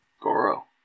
Goro